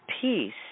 peace